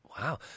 Wow